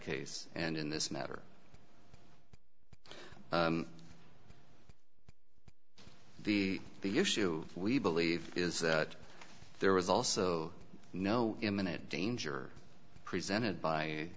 case and in this matter the the issue we believe is that there was also no imminent danger presented by